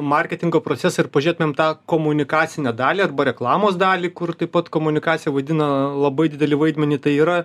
marketingo procesą ir pažiūrėtumėm tą komunikacinę dalį arba reklamos dalį kur taip pat komunikacija vaidina labai didelį vaidmenį tai yra